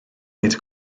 nid